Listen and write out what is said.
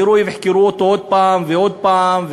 הם יחזרו ויחקרו אותו עוד פעם ועוד פעם,